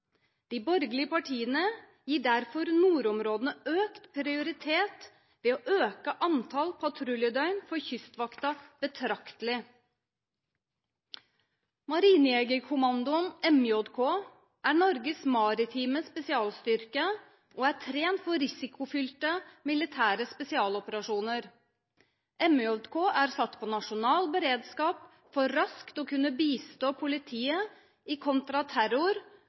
De borgerlige partiene gir derfor nordområdene økt prioritet ved å øke antall patruljedøgn for Kystvakta betraktelig. Marinejegerkommandoen – MJK – er Norges maritime spesialstyrke og er trent for risikofylte militære spesialoperasjoner. MJK er satt på nasjonal beredskap for raskt å kunne bistå politiet i